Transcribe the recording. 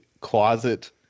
closet